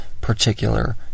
particular